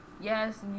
yes